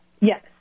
Yes